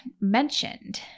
mentioned